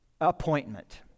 appointment